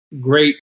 great